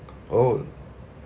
oh